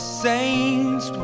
saints